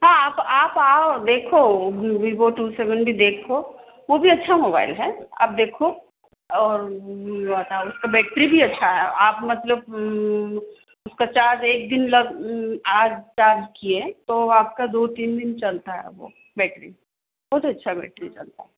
हाँ आप आप आओ देखो हूँ वीवो टू सेवेन भी देखो वो भी अच्छा मोबाइल है आप देखो और उसका बैट्री भी अच्छा है और आप मतलब उसका चार्ज एक दिन लग आज चार्ज किए तो आपका दो तीन दिन चलता है अब वो बैट्री बहुत अच्छा बैट्री चलता है